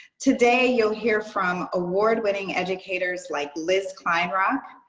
today you'll hear from award winning educators like liz kleinrock,